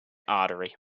artery